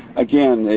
again,